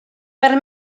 per